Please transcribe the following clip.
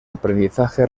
aprendizaje